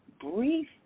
brief